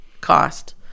cost